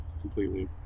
completely